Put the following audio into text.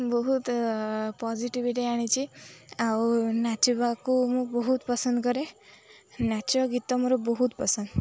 ବହୁତ ପଜିଟିଭିଟି ଆଣିଛି ଆଉ ନାଚିବାକୁ ମୁଁ ବହୁତ ପସନ୍ଦ କରେ ନାଚ ଗୀତ ମୋର ବହୁତ ପସନ୍ଦ